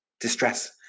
distress